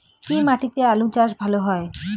কি মাটিতে আলু চাষ ভালো হয়?